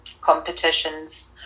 competitions